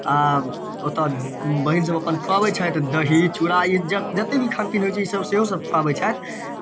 आ ओतय बहीनसभ अपन खुआबै छथि दही चूड़ा ई ज जतेक भी खान पीन होइ छै ईसभ सेहो सभ खुआबै छथि